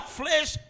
flesh